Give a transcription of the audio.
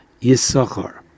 Yisachar